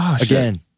Again